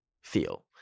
feel